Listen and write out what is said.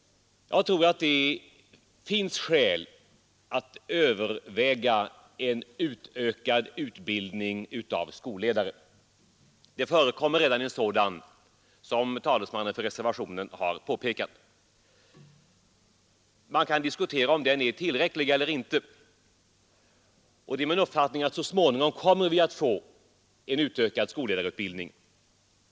Jag tror det finns skäl att överväga en utökad utbildning av skolledare. Som talesmannen för reservationen påpekar förekommer det redan en sådan. Man kan diskutera om den är tillräcklig eller inte. Det är min uppfattning att vi så småningom kommer att få en förstärkt skolledarutbildning.